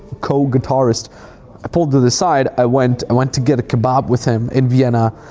co-guitarist i pulled to the side, i went i went to get a kebab with him in vienna.